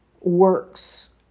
works